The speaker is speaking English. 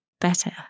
better